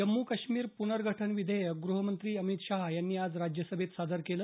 जम्मू काश्मीर पुनर्गठन विधेयक ग्रहमंत्री अमित शहा यांनी आज राज्यसभेत सादर केलं